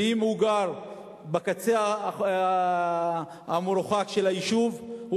ואם הוא גר בקצה המרוחק של היישוב הוא